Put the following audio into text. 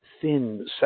thin